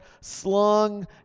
slung